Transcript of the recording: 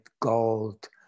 gold